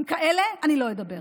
עם כאלה אלה אני לא אדבר.